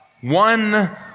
one